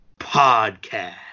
Podcast